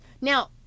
Now